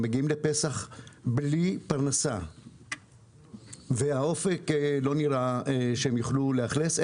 הם מגיעים לפסח ובאופק לא נראה שהם יוכלו לאכלס,